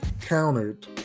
countered